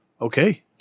okay